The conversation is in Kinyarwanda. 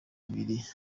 abiri